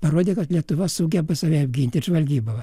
parodė kad lietuva sugeba save apginti ir žvalgyba va